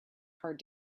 hard